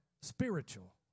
spiritual